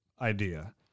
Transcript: idea